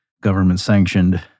government-sanctioned